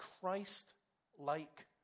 Christ-like